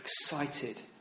excited